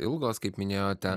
ilgos kaip minėjote